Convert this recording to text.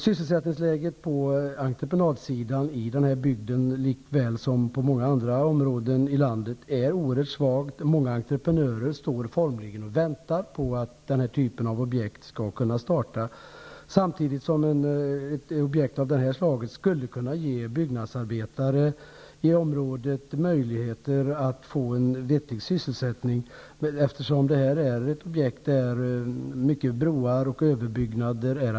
Sysselsättningsläget på entreprenadsidan är i denna bygd likaväl som inom många andra områden i landet oerhört svagt. Många entreprenörer står formligen och väntar på att denna typ av objekt skall kunna startas. Ett objekt av detta slag skulle kunna ge byggnadsarbetare i området möjligheter till en vettig sysselsättning, bl.a. därför att det har många inslag av broar och överbyggnader.